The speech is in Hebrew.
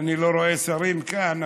אני לא רואה כאן שרים,